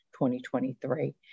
2023